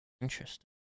Interesting